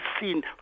seen